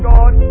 God